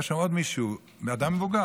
היה שם עוד מישהו, בן אדם מבוגר: